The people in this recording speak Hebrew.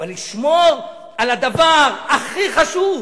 אבל לשמור על הדבר הכי חשוב,